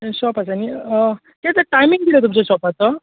थंय शॉप आसा न्ही ते त्या टायमींग कितें तुमच्या शॉपाचो